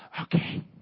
Okay